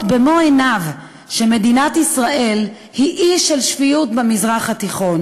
במו-עיניו שמדינת ישראל היא אי של שפיות במזרח התיכון,